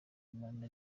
akaryamana